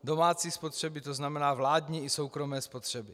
Domácí spotřeby, to znamená vládní i soukromé spotřeby.